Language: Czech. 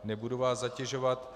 Nebudu vás zatěžovat.